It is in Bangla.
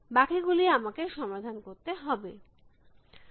বাকি গুলি আমাকে সমাধান করতে হবে